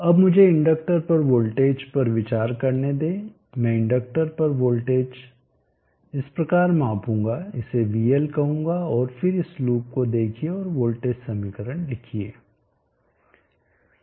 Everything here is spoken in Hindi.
अब मुझे इंडक्टर पर वोल्टेज पर विचार करने दें मैं इंडक्टर पर वोल्टेज इस प्रकार मापूंगा इसे vL कहूंगा और फिर इस लूप को देखिये और वोल्टेज समीकरण लिखिए